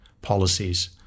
policies